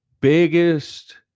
biggest